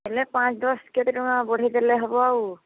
ହେଲେ ପାଞ୍ଚ ଦଶ କେତେ ଟଙ୍କା ବଢ଼େଇ ଦେଲେ ହେବ ଆଉ